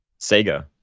Sega